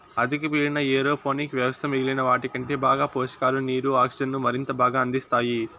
అధిక పీడన ఏరోపోనిక్ వ్యవస్థ మిగిలిన వాటికంటే బాగా పోషకాలు, నీరు, ఆక్సిజన్ను మరింత బాగా అందిస్తాయి